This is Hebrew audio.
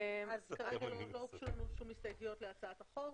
אין הסתייגויות להצעת החוק.